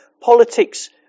politics